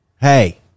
hey